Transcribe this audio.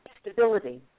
stability